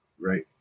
Right